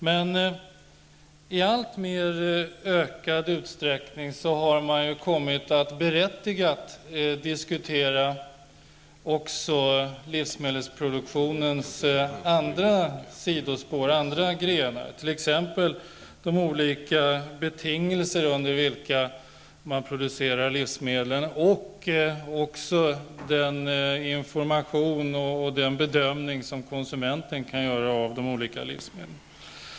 Men i alltmer ökad utsträckning har man kommit att berättigat diskutera också livsmedelsproduktionens övriga aspekter, t.ex. de olika betingelser under vilka livsmedlen produceras, den information som konsumenten får och den bedömning som konsumenten kan göra av de olika livsmedlen.